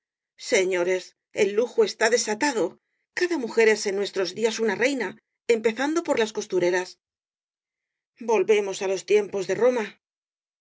señores el lujo está desatado cada mujer es en nuestros días una reina empezando por las costureras volvemos á los tiempos de roma